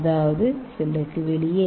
அதாவது செல்லுக்கு வெளியே